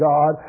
God